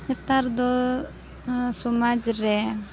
ᱱᱮᱛᱟᱨ ᱫᱚ ᱥᱚᱢᱟᱡᱽᱨᱮ